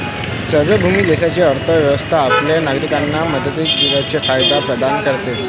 सार्वभौम देशाची अर्थ व्यवस्था आपल्या नागरिकांना मक्तेदारीचे फायदे प्रदान करते